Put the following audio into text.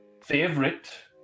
Favorite